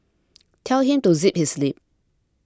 tell him to zip his lip